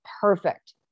Perfect